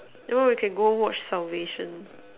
you want we can go watch salvation